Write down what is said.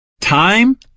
Time